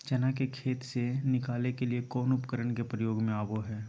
चना के खेत से निकाले के लिए कौन उपकरण के प्रयोग में आबो है?